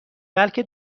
بلکه